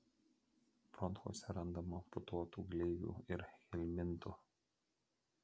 bronchuose randama putotų gleivių ir helmintų